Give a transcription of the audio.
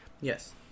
Yes